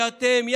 שאתם,